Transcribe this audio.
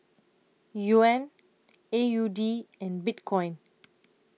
Yuan A U D and Bitcoin